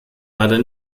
leider